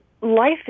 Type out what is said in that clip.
Life